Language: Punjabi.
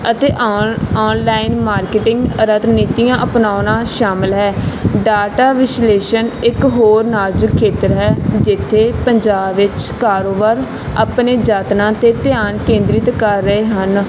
ਅਤੇ ਆਨ ਆਨਲਾਈਨ ਮਾਰਕੀਟਿੰਗ ਰਣਨੀਤੀਆਂ ਅਪਣਾਉਣਾ ਸ਼ਾਮਿਲ ਹੈ ਡਾਟਾ ਵਿਸ਼ਲੇਸ਼ਣ ਇੱਕ ਹੋਰ ਨਾਜੁਕ ਖੇਤਰ ਹੈ ਜਿੱਥੇ ਪੰਜਾਬ ਵਿੱਚ ਕਾਰੋਬਾਰ ਆਪਣੇ ਯਤਨਾ 'ਤੇ ਧਿਆਨ ਕੇਂਦਰਿਤ ਕਰ ਰਹੇ ਹਨ